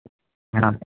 हां